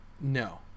No